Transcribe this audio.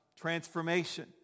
transformation